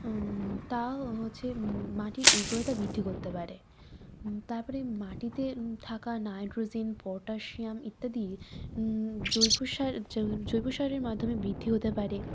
তাও হচ্ছে মাটির উর্বরতা বৃদ্ধি করতে পারে তারপরে মাটিতে থাকা নাইট্রোজেন পটাশিয়াম ইত্যাদি জৈবসার জৈবসারের মাধ্যমে বৃদ্ধি হতে পারে